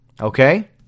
okay